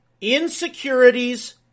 Insecurities